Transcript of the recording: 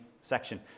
section